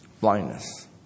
Blindness